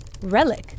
Relic